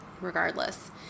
regardless